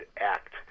act